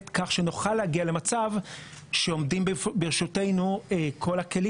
כך שנוכל להגיע למצב שעומדים ברשותנו כל הכלים